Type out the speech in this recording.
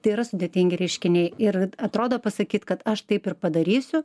tai yra sudėtingi reiškiniai ir atrodo pasakyt kad aš taip ir padarysiu